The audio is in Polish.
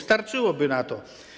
Starczyłoby na to.